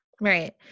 Right